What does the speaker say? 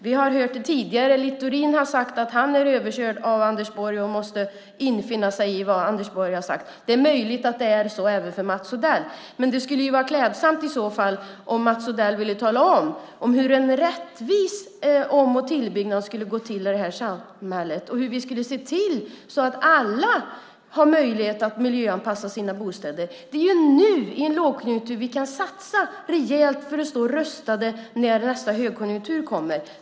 Vi har tidigare hört Littorin säga att han är överkörd av Anders Borg och måste finna sig i vad Anders Borg har sagt. Det är möjligt att det är så även för Mats Odell, men det skulle i så fall vara klädsamt om Mats Odell ville tala om hur en rättvis om och tillbyggnad skulle gå till i det här samhället och hur vi skulle kunna se till att alla har möjlighet att miljöanpassa sina bostäder. Det är nu, i en lågkonjunktur, vi kan satsa rejält för att stå rustade när nästa högkonjunktur kommer.